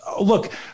look